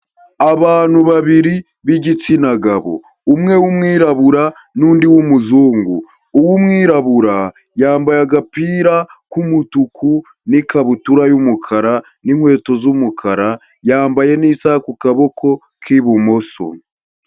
Abantu babiri b'igitsina gabo umwe w'umwirabura n'undi wumuzungu, uw'umwirabura yambaye agapira k'umutuku n'ikabutura y'umukara n'inkweto z'umukara, yambaye n'isha ku kaboko k'ibumoso.